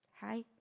Hi